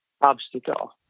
obstacle